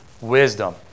Wisdom